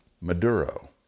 Maduro